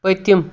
پٔتِم